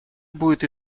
будет